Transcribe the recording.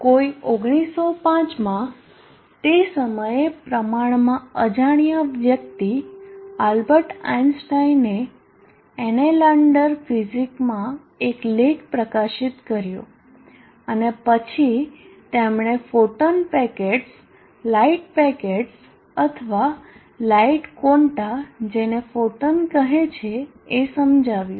કોઈ 1905 માં તે સમયે પ્રમાણમાં અજાણ્યા વ્યક્તિ આલ્બર્ટ આઈન્સ્ટાઈન એ એનેલાન્ડર ફિઝિકમાં એક લેખ પ્રકાશિત કર્યો અને પછી તેમણે ફોટોન પેકેટ્સ લાઇટ પેકેટ્સ અથવા લાઈટ ક્વોન્ટા જેને ફોટોન કહે છે એ સમજાવ્યું